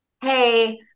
hey